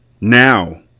Now